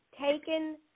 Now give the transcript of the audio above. taken